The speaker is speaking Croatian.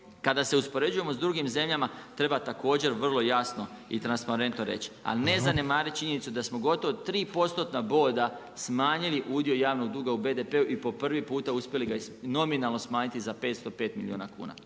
kada se uspoređujemo s drugim zemljama treba također vrlo jasno i transparentno reći, a ne zanemariti činjenicu da smo gotovo tri postotna boda smanjili udio javnog duga u BDP-u i po prvi puta uspjeli ga nominalno smanjiti za 505 milijuna kuna.